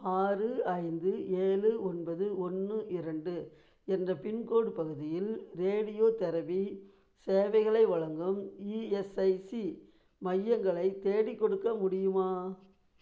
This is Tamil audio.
ஆறு ஐந்து ஏழு ஒன்பது ஒன்று இரண்டு என்ற பின்கோடு பகுதியில் ரேடியோதெரபி சேவைகளை வழங்கும் இஎஸ்ஐசி மையங்களை தேடிக்கொடுக்க முடியுமா